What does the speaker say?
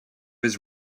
his